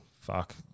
fuck